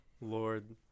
Lord